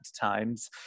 times